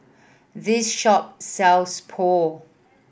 this shop sells Pho